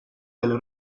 delle